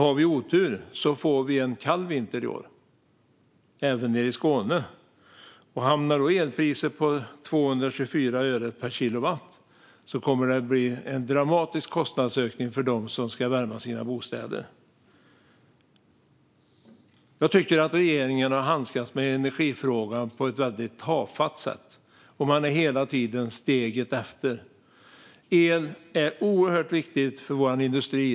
Har vi otur får vi en kall vinter i år, även nere i Skåne. Om elpriset hamnar på 224 öre per kilowattimme kommer det att bli en dramatisk kostnadsökning för dem som ska värma upp sina bostäder. Jag tycker att regeringen har handskats med energifrågan på ett tafatt sätt. Man ligger hela tiden steget efter. El är oerhört viktigt för vår industri.